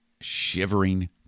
Shivering